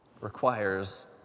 requires